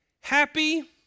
happy